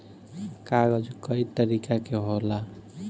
कागज कई तरीका के होला